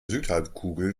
südhalbkugel